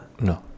No